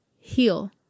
heal